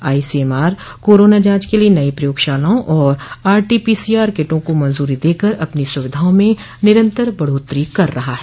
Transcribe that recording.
ICMR corona जांच के लिए नई प्रयोगशालाओं और आरटी पीसीआर किटों को मंजूरी देकर अपनी सुविधाओं में निरंतर बढ़ोतरी कर रहा है